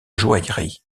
joaillerie